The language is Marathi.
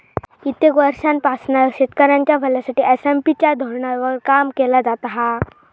कित्येक वर्षांपासना शेतकऱ्यांच्या भल्यासाठी एस.एम.पी च्या धोरणावर काम केला जाता हा